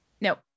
No